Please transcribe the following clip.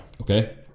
Okay